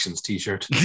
t-shirt